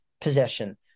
possession